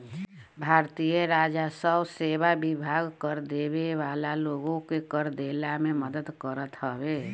भारतीय राजस्व सेवा विभाग कर देवे वाला लोगन के कर देहला में मदद करत हवे